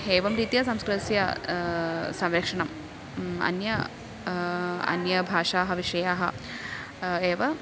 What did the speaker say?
एवं रीत्या संस्कृतस्य संरक्षणम् अन्य अन्यभाषाः विषयाः एव